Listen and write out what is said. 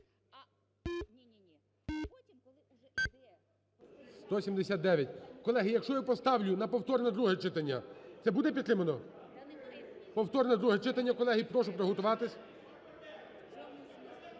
За-179 Колеги, якщо я поставлю на повторне друге читання, це буде підтримано? Повторне друге читання, колеги, прошу приготуватися.